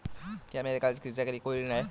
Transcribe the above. क्या मेरे कॉलेज शिक्षा के लिए कोई ऋण है?